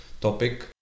topic